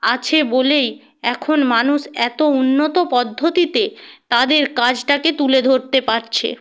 আছে বলেই এখন মানুষ এত উন্নত পদ্ধতিতে তাদের কাজটাকে তুলে ধরতে পারছে